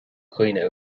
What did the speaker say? dhaoine